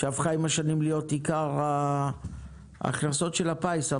היא הפכה עם השנים להיות עיקר ההכנסות של הפיס.